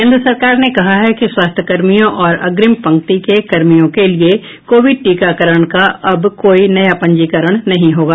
केंद्र सरकार ने कहा है कि स्वास्थ्य कर्मियों और अग्रिम पंक्ति के कर्मियों के लिए कोविड टीकाकरण का अब कोई नया पंजीकरण नहीं होंगा